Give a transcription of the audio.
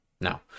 No